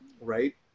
right